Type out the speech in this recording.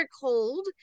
cold